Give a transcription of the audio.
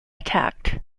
attacked